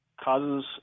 causes